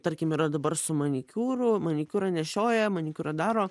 tarkim yra dabar su manikiūru manikiūrą nešioja manikiūrą daro